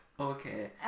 Okay